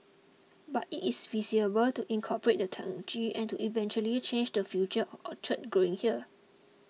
but it is feasible to incorporate the technology and to eventually change the future of orchid growing here